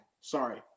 Sorry